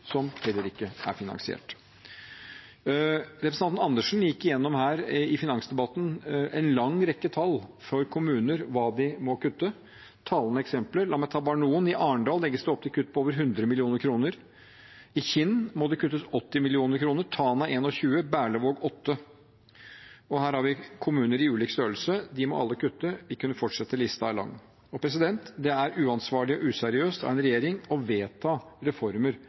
som heller ikke er finansiert. Representanten Andersen gikk i finansdebatten gjennom en lang rekke tall for kommuner, hva de må kutte – talende eksempler. La meg bare ta noen. I Arendal legges det opp til kutt på over 100 mill. kr, i Kinn må det kuttes 80 mill. kr, i Tana 21 mill. kr, i Berlevåg 8 mill. kr. Her har vi kommuner i ulik størrelse. De må alle kutte. Jeg kunne fortsette, listen er lang. Det er uansvarlig og useriøst av en regjering å vedta reformer